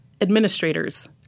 administrators